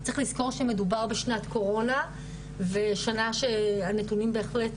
צריך לזכור שמדובר בשנת קורונה ושנה שהנתונים בהחלט